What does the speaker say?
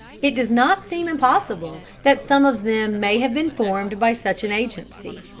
it does not seem impossible that some of them may have been formed by such an agency.